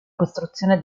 costruzione